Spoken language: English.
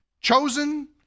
chosen